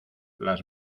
las